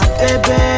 baby